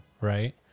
right